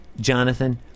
Jonathan